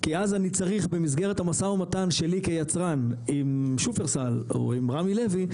כי אז אני צריך במסגרת המשא ומתן שלי כיצרן עם שופרסל או עם רמי לוי,